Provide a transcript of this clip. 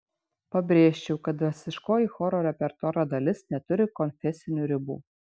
pabrėžčiau kad dvasiškoji choro repertuaro dalis neturi konfesinių ribų